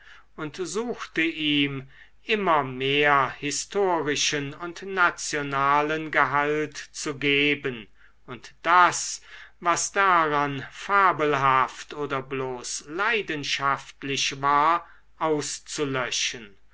und suchte ihm immer mehr historischen und nationalen gehalt zu geben und das was daran fabelhaft oder bloß leidenschaftlich war auszulöschen